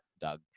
Doug